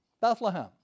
Bethlehem